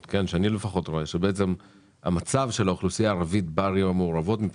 היא שהמצב של האוכלוסייה הערבית בערים המעורבות הוא טוב יותר